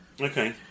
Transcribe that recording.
Okay